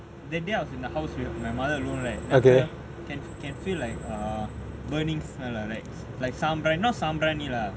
that day I was in the house with my mother alone like after can can feel like err burnings are lah like like some bright not some briyani lah